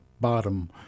bottom